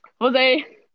Jose